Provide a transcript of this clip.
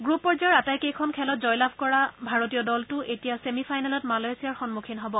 group পৰ্যায়ৰ আটাইকেইখন খেলত জয়লাভ কৰা ভাৰতীয় দলটো এতিয়া চেমি ফাইনেলত মালয়েছিয়াৰ সন্মুখীন হব